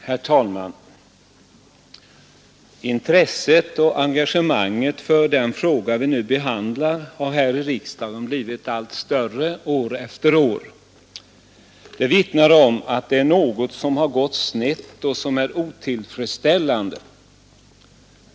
Herr talman! Intresset och engagemanget för den fråga vi nu behandlar har i riksdagen blivit allt större år efter år. Det vittnar om att det är något som har gått snett och som är otillfredsställande.